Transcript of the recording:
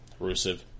Rusev